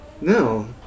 No